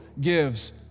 gives